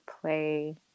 play